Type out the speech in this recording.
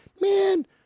man